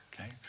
okay